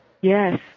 yes